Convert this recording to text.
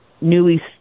newly